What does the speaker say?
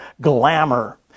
Glamour